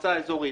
למועצה האזורית.